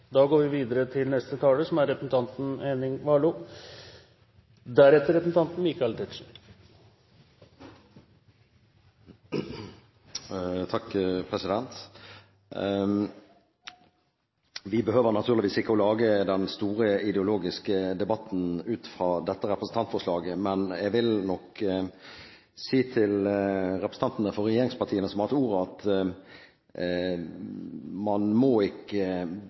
lage den store ideologiske debatten ut fra dette representantforslaget, men jeg vil nok si til representantene fra regjeringspartiene som har hatt ordet, at man må ikke